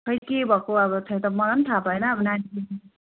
खै के भएको अब त्यो त मलाई पनि थाहा भएन अब नानी